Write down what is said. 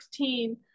16